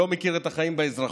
הוא לא מכיר את החיים באזרחות,